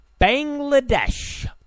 Bangladesh